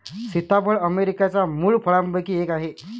सीताफळ अमेरिकेच्या मूळ फळांपैकी एक आहे